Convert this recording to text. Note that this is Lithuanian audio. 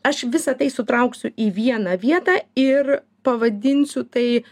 aš visa tai sutrauksiu į vieną vietą ir pavadinsiu tai